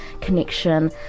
connection